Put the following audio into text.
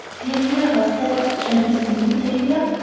dear, dear, how sad! shall we see him, tavia?